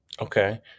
Okay